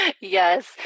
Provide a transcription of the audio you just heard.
Yes